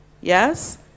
Yes